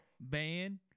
ban